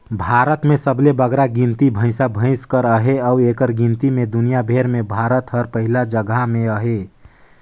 भारत में सबले बगरा गिनती भंइसा भंइस कर अहे अउ एकर गिनती में दुनियां भेर में भारत हर पहिल जगहा में अहे